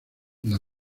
las